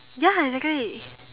ya exactly